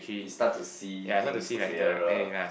you start to see things clearer